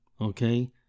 okay